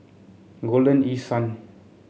Golden East Sun